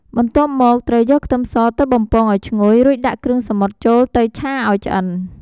បន្ទាប់មក ត្រូវយកខ្ទឹមសទៅបំពងឱ្យឈ្ងុយ រួចដាក់គ្រឿងសមុទ្រចូលទៅឆាឱ្យឆ្អិន។